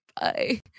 bye